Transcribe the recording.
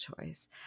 choice